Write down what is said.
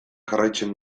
jarraitzen